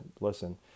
listen